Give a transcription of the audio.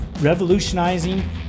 revolutionizing